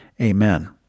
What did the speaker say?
Amen